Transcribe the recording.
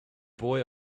boy